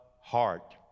heart